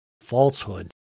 Falsehood